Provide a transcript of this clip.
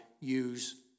use